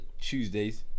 Tuesdays